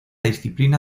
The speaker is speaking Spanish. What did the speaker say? disciplina